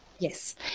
Yes